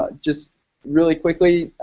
ah just really quickly,